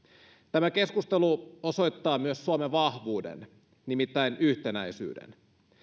tämä keskustelu osoittaa myös suomen vahvuuden nimittäin yhtenäisyyden